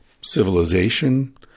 civilization